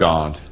God